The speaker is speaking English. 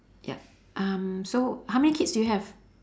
yup um so how many kids do you have